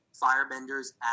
firebenders